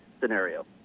scenario